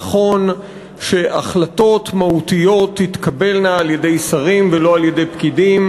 ונכון שהחלטות מהותיות תתקבלנה על-ידי שרים ולא על-ידי פקידים,